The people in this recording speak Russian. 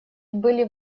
были